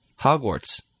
Hogwarts